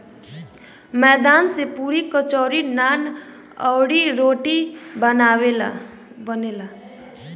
मैदा से पुड़ी, कचौड़ी, नान, अउरी, रोटी बनेला